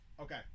Okay